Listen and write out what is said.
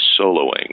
soloing